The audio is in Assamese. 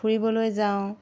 ফুৰিবলৈ যাওঁ